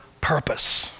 purpose